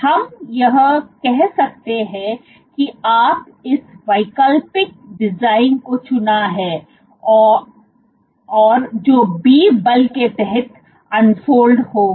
हम यह कह सकते हैं कि आप इस वैकल्पिक डिजाइन को चुना है जो B बल के तहत अनफोल्ड होगा